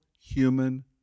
human